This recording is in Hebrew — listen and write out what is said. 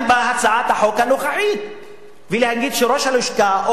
בהצעת החוק הנוכחית ולהגיד שראש הלשכה,